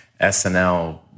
SNL